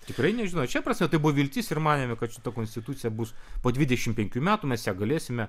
tikrai nežinojo šia prasme tai buvo viltis ir manėme kad šita konstitucija bus po dvidešimt penkių metų mes ją galėsime